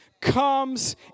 comes